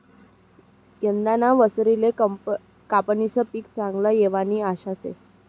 यंदाना वरीसले कपाशीनं पीक चांगलं येवानी आशा शे